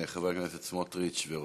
חברי הכנסת סמוטריץ ורוזין,